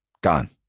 gone